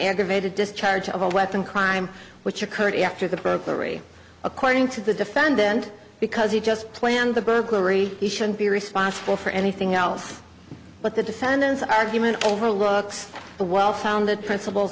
aggravated discharge of a weapon crime which occurred after the proclivity according to the defendant because he just planned the burglary he should be responsible for anything else but the defendant's argument overlooks the well founded principles